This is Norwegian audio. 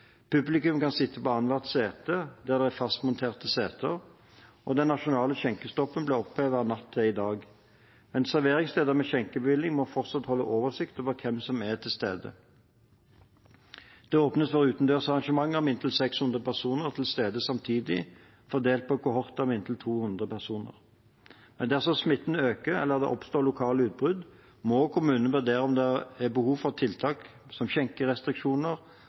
Publikum kan sitte på annethvert sete der det er fastmonterte seter. Den nasjonale skjenkestoppen ble opphevet natt til i dag. Men serveringssteder med skjenkebevilling må fortsatt holde oversikt over hvem som er til stede. Det åpnes for utendørsarrangementer med inntil 600 personer til stede samtidig, fordelt på kohorter med inntil 200 personer. Dersom smitten øker eller det oppstår lokale utbrudd, må kommunene vurdere om det er behov for tiltak som